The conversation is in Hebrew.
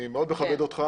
אני מאוד מכבד אותך